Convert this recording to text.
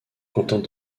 contente